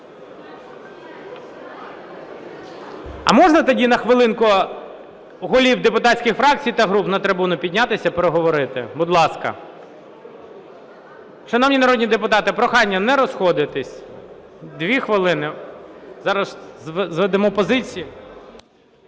А можна тоді на хвилинку голів депутатських фракцій та груп на трибуну піднятися переговорити, будь ласка? Шановні народні депутати, прохання не розходитись. Дві хвилини, зараз зведемо позиції.